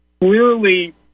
Clearly